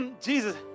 Jesus